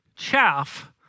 chaff